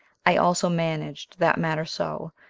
i also managed that matter so,